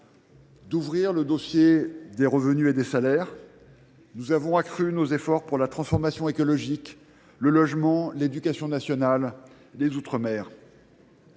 d’instruire celui des revenus et des salaires. Nous avons aussi accru nos efforts pour la transformation écologique, le logement, l’éducation nationale et les outre mer.